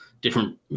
different